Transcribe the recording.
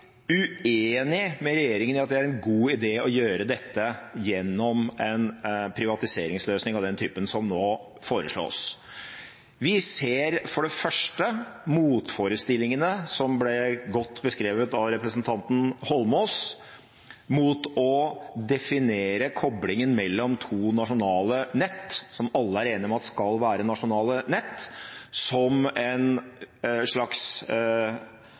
uenig med regjeringen i at det er en god idé å gjøre dette gjennom en privatiseringsløsning av den typen som nå foreslås. Vi ser for det første motforestillingene, som ble godt beskrevet av representanten Eidsvoll Holmås, mot å definere koblingen mellom to nasjonale nett, som alle er enige om at skal være nasjonale nett, som et slags